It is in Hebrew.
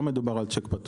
לא מדובר על צ'ק פתוח.